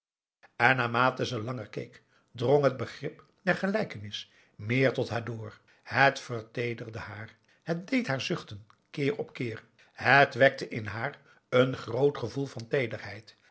naarmate ze langer keek drong het begrip der gelijkenis meer tot haar door het verteederde haar het deed haar zuchten keer op keer het wekte in haar een groot gevoel van teederheid